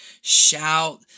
shout